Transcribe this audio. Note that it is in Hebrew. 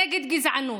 נגד גזענות,